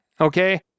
Okay